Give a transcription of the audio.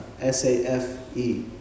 S-A-F-E